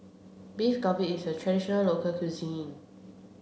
Beef Galbi is a traditional local cuisine